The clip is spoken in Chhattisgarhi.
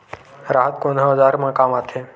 राहत कोन ह औजार मा काम आथे?